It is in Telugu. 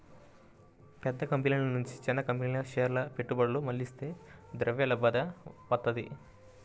పెద్ద కంపెనీల నుంచి చిన్న కంపెనీలకు షేర్ల పెట్టుబడులు మళ్లిస్తే ద్రవ్యలభ్యత వత్తది